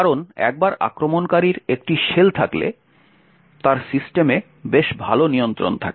কারণ একবার আক্রমণকারীর একটি শেল থাকলে তার সিস্টেমে বেশ ভাল নিয়ন্ত্রণ থাকে